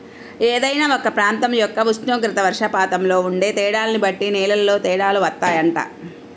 ఏదైనా ఒక ప్రాంతం యొక్క ఉష్ణోగ్రత, వర్షపాతంలో ఉండే తేడాల్ని బట్టి నేలల్లో తేడాలు వత్తాయంట